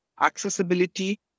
accessibility